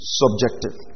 subjective